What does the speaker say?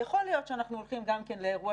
יכול להיות שאנחנו הולכים גם כן לאירוע